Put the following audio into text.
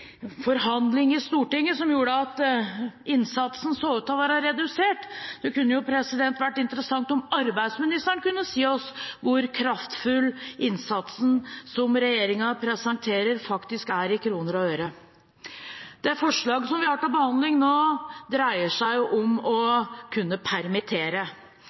forhandling i Stortinget, som gjorde at innsatsen så ut til å være redusert. Det kunne jo vært interessant om arbeidsministeren kunne si oss hvor kraftfull innsatsen som regjeringen presenterer, er i kroner og øre. Det forslaget som vi har til behandling nå, dreier seg om å kunne permittere.